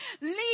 leave